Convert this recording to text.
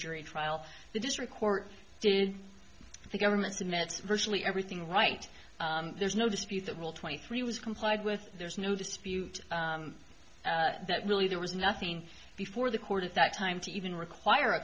jury trial the district court did the government the minutes virtually everything right there's no dispute that rule twenty three was complied with there's no dispute that really there was nothing before the court at that time to even require a